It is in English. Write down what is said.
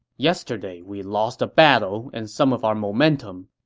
yesterday we lost a battle and some of our momentum.